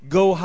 go